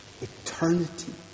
eternity